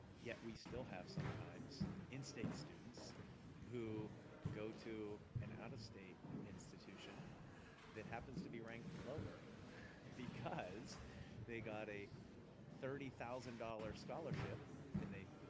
yet we still have sometimes in-state students who go to an out-of-state institution that happens to be ranked lower because they got a thirty thousand dollars scholarship and they,